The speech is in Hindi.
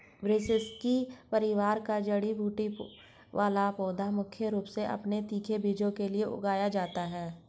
ब्रैसिसेकी परिवार का जड़ी बूटी वाला पौधा मुख्य रूप से अपने तीखे बीजों के लिए उगाया जाता है